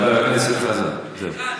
חבר הכנסת חזן, זהו.